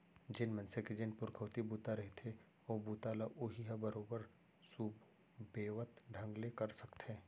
जेन मनसे के जेन पुरखउती बूता रहिथे ओ बूता ल उहीं ह बरोबर सुबेवत ढंग ले कर सकथे